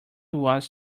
was